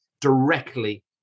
directly